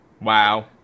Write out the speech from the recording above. Wow